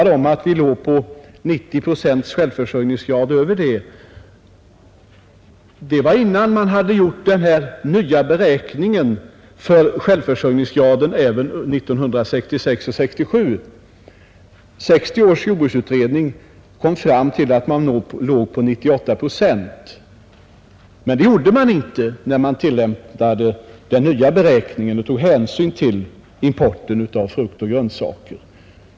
1960 års jordbruksutredning kom fram till att vi låg på 98 procent, men det gjorde vi inte om man tillämpar den nya beräkningsmetoden och tar hänsyn till importen av frukt och grönsaker.